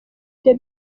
the